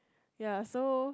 ya so